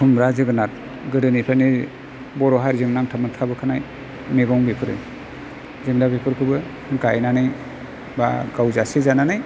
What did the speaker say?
खुमब्रा जोगोनार गोदोनिफ्रायनो बर' हारिजों नांथाबना थाबोखानाय मैगं बेफोरो जों दा बेफोरखौबो गायनानै बा गाव जासे जानानै